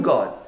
God